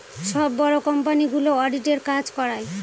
সব বড়ো কোম্পানিগুলো অডিটের কাজ করায়